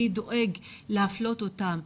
מי דואג להפלות אותם,